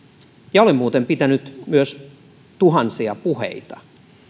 ja olen muuten pitänyt myös tuhansia puheita